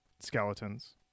Skeletons